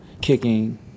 kicking